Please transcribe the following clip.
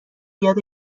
یاد